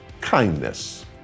Kindness